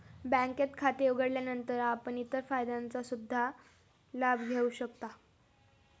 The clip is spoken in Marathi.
बँकेत खाते उघडल्यानंतर आपण इतर फायद्यांचा सुद्धा लाभ घेऊ शकता